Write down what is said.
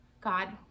god